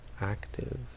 active